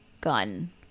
Gun